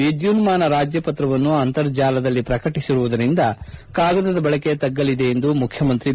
ವಿದ್ಯುನ್ನಾನ ರಾಜ್ಯಪತ್ರವನ್ನು ಅಂತರ್ಜಾಲದಲ್ಲಿ ಪ್ರಕಟಿಸುವುದರಿಂದ ಕಾಗದದ ಬಳಕೆ ತಗ್ಗಲಿದೆ ಎಂದು ಮುಖ್ಖಮಂತ್ರಿ ಬಿ